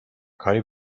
کاری